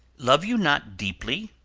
love you not deeply?